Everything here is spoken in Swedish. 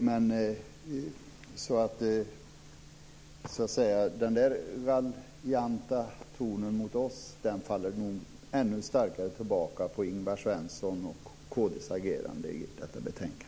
Den raljanta tonen mot oss faller nog ännu starkare tillbaka på Ingvar Svensson och kristdemokraternas agerande i fråga om detta betänkande.